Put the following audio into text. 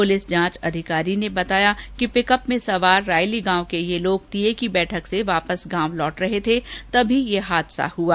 police जांच अधिकारी ने बताया कि पिकअप में सवार रायली गांव के ये लोग तीये की बैठक से वापस गांव लौट रहे थे तभी ये हादसा हुआ